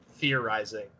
theorizing